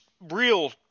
real